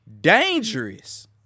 dangerous